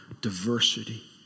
diversity